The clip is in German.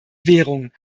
währung